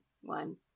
one